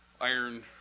iron